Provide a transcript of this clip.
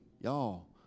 y'all